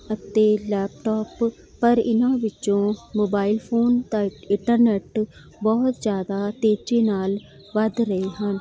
ਅਤੇ ਲੈਪਟੋਪ ਪਰ ਇਹਨਾਂ ਵਿੱਚੋਂ ਮੋਬਾਈਲ ਫੋਨ ਤਾਂ ਇੰਟਰਨੈੱਟ ਬਹੁਤ ਜ਼ਿਆਦਾ ਤੇਜੀ ਨਾਲ਼ ਵੱਧ ਰਹੇ ਹਨ